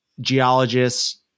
geologists